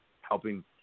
helping